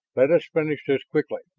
let us finish this quickly!